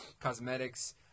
cosmetics